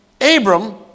Abram